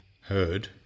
Heard